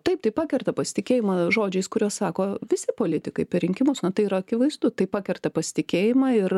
taip tai pakerta pasitikėjimą žodžiais kuriuos sako visi politikai per rinkimus na tai yra akivaizdu tai pakerta pasitikėjimą ir